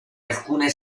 alcune